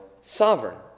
sovereign